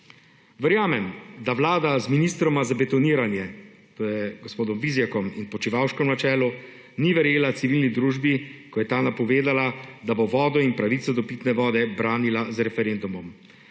Verjamem, da Vlada z ministroma za betoniranje, to je z gospodom Vizjakom in Počivalškom na čelu, ni verjela civilni družbi, ko je ta napovedala, da bo vodo in pravico do pitne vode branila z referendumom.